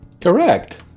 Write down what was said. Correct